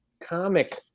comic